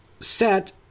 Set